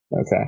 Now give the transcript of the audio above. Okay